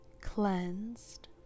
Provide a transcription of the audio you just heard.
cleansed